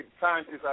scientists